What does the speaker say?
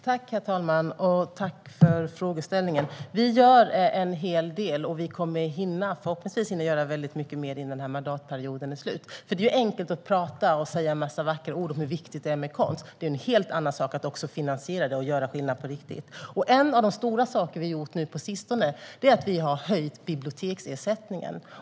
Herr talman! Tack för frågeställningen! Vi gör en hel del, och vi kommer förhoppningsvis att hinna göra väldigt mycket mer innan mandatperioden är slut. Det är enkelt att prata och säga en massa vackra ord om hur viktigt det är med konst, men det är en helt annan sak att finansiera den och göra skillnad på riktigt. En av de stora saker vi gjort nu på sistone är att vi har höjt biblioteksersättningen.